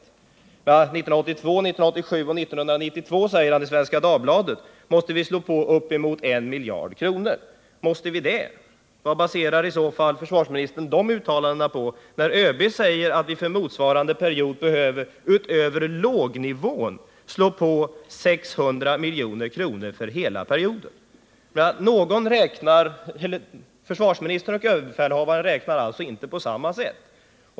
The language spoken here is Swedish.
Han säger till Svenska Dagbladet att vi bl.a. 1982, 1987 och 1992 måste lägga till uppemot 1 miljard kronor. Måste vi det? Vad baserar försvarsministern det uttalandet på? ÖB säger att vi för hela den motsvarande perioden behöver lägga till 600 milj.kr. utöver lågnivån. Försvarsministern och överbefälhavaren räknar alltså inte på samma sätt.